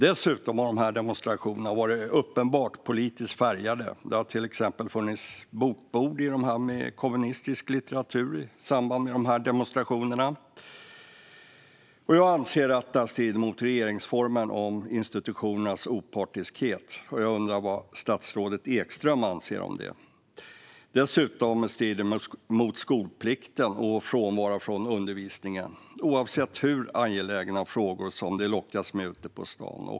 Dessutom har dessa demonstrationer varit uppenbart politiskt färgade. Det har till exempel funnits bokbord med kommunistisk litteratur vid dessa demonstrationer. Jag anser att detta strider mot det som står i regeringsformen om institutionernas opartiskhet. Jag undrar vad statsrådet Ekström anser om detta. Det strider dessutom mot skolplikten att frånvara från undervisningen, oavsett hur angelägna frågor det lockas med ute på stan.